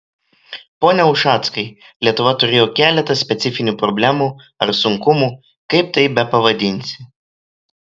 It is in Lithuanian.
pone ušackai lietuva turėjo keletą specifinių problemų ar sunkumų kaip tai bepavadinsi